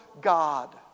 God